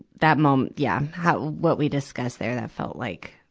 that mo, um yeah. how, what we discussed there, that felt like,